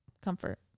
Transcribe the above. Comfort